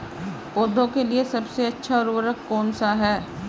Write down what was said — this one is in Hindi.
पौधों के लिए सबसे अच्छा उर्वरक कौन सा है?